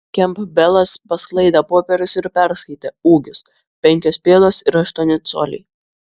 kempbelas pasklaidė popierius ir perskaitė ūgis penkios pėdos ir aštuoni coliai